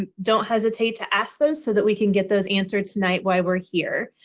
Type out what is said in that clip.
um don't hesitate to ask those so that we can get those answered tonight while we're here.